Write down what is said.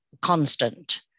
constant